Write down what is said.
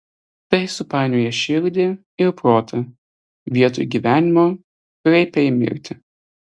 tai supainioja širdį ir protą vietoj gyvenimo kreipia į mirtį